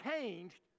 changed